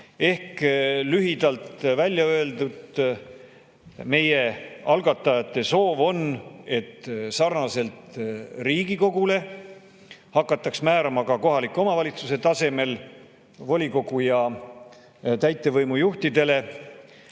lühidalt välja öeldult, meie, algatajate soov on, et sarnaselt Riigikogule hakataks määrama kohaliku omavalitsuse tasemel volikogu ja täitevvõimu juhtide